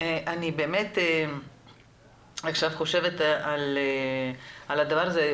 אני חושבת על הדבר הזה,